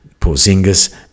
porzingis